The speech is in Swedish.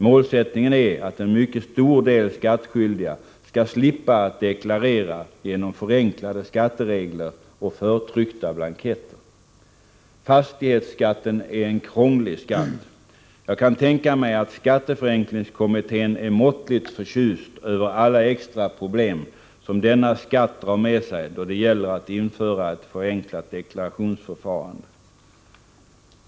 Målsättningen är att en mycket stor del skattskyldiga skall slippa att deklararera genom förenklade skatteregler och förtryckta blanketter. Fastighetsskatten är en krånglig skatt. Jag kan tänka mig att skatteförenklingskommittén är måttligt förtjust över alla extra problem som denna skatt drar med sig då det gäller att införa ett förenklat deklarationsförfarande.